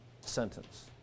sentence